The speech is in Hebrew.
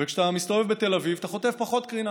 וכשאתה מסתובב בתל אביב אתה חוטף פחות קרינה.